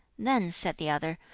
then, said the other,